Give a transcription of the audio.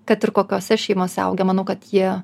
kad ir kokiose šeimose augę manau kad jie